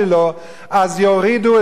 אז יורידו את כל הלהט,